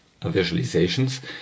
visualizations